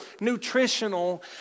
nutritional